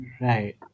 Right